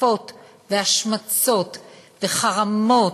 התקפות והשמצות וחרמות,